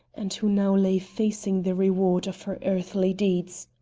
and who now lay facing the reward of her earthly deeds,